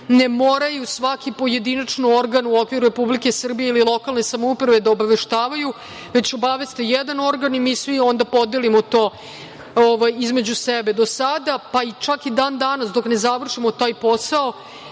ne moraju svaki pojedinačno organ u okviru Republike Srbije i lokalne samouprave da obaveštavaju, već obaveste jedan organ i mi svi onda podelimo to između sebe. Do sada, pa čak i dan danas dok ne završimo taj posao,